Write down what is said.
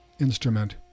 instrument